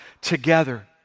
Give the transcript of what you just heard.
together